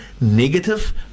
negative